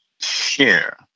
share